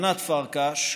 ענת פרקש,